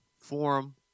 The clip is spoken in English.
forum